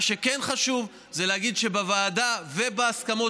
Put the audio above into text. מה שכן חשוב זה להגיד שבוועדה ובהסכמות